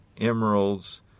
emeralds